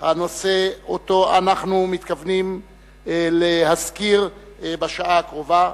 הנושא שאנחנו מתכוונים להזכירו בשעה הקרובה,